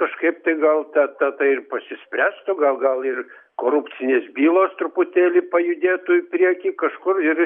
kažkaip tai gal ta ta tatai ir pasispręstų gal gal ir korupcinės bylos truputėlį pajudėtų į priekį kažkur ir